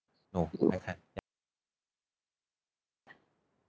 no I can't ya